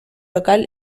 local